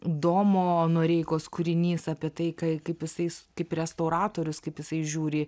domo noreikos kūrinys apie tai ką kaip visais kaip restauratorius kaip jisai žiūri